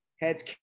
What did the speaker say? heads